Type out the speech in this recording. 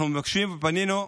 פנינו,